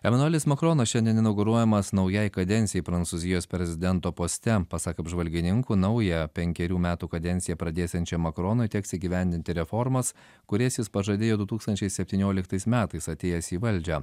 emanuelis makronas šiandien inauguruojamas naujai kadencijai prancūzijos prezidento poste pasak apžvalgininkų naują penkerių metų kadenciją pradėsiančiam makronui teks įgyvendinti reformas kurias jis pažadėjo du tūkstančiai septynioliktais metais atėjęs į valdžią